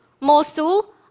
Mosul